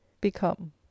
become